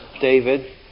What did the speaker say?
David